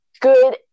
good